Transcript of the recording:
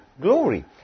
glory